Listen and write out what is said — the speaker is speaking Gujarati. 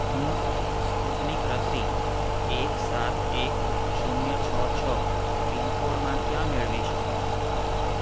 હું સ્પુતનિક રસી એક સાત એક શૂન્ય છ છ પિનકોડમાં ક્યાં મેળવી શકું